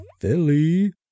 Philly